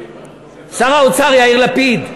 שר האוצר יאיר לפיד,